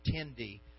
attendee